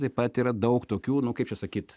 taip pat yra daug tokių nu kaip čia sakyt